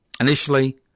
Initially